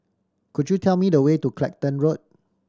could you tell me the way to Clacton Road